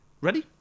Ready